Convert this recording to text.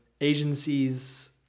Agencies